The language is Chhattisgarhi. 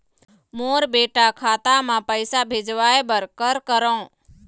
मोर बेटा खाता मा पैसा भेजवाए बर कर करों?